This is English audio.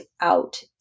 out